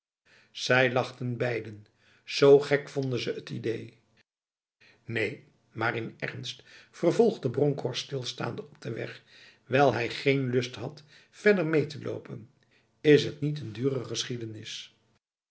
zij lachten beiden z gek vonden ze het idee neen maar in ernst vervolgde bronkhorst stilstaande op de weg wijl hij geen lust had verder mee te lopen is het niet een dure geschiedenis